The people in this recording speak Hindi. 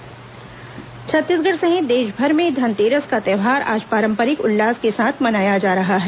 धनतेरस छत्तीसगढ़ सहित देशभर में धनतेरस का त्यौहार आज पारंपरिक उल्लास के साथ मनाया जा रहा है